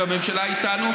ממשלה איתנו,